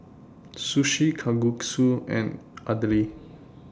Sushi Kalguksu and Idili